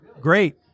great